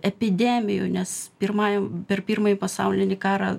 epidemijų nes pirmajam per pirmąjį pasaulinį karą